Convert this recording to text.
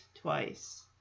twice